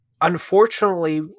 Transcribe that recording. unfortunately